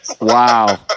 Wow